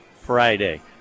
Friday